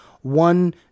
one